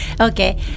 Okay